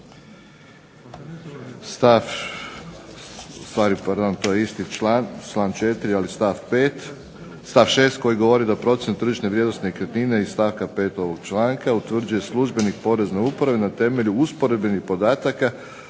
stav 6. koji govori da procjenu tržišne vrijednosti nekretnine iz stavka 5. ovog članka utvrđuje službenik Porezne uprave na temelju usporednih podataka